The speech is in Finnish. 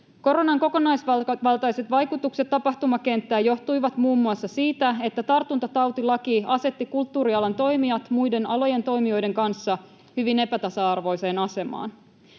Koronan kokonaisvaltaiset vaikutukset tapahtumakenttään johtuivat muun muassa siitä, että tartuntatautilaki asetti kulttuurialan toimijat muiden alojen toimijoiden kanssa hyvin epätasa-arvoiseen asemaan.